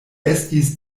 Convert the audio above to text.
estis